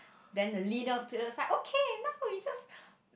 then the leader platelet's like okay now we just